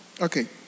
Okay